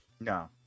No